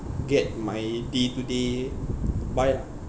get my day to day buy lah